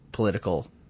political